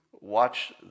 watch